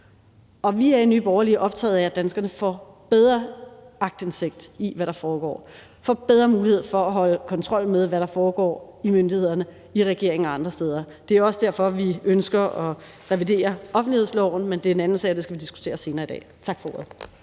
Og vi er i Nye Borgerlige optaget af, at danskerne får bedre aktindsigt i, hvad der foregår, får bedre mulighed for at holde kontrol med, hvad der foregår hos myndighederne, i regeringen og andre steder. Det er også derfor, at vi ønsker at revidere offentlighedsloven, men det er en anden sag, og det skal vi diskutere senere i dag. Tak for ordet.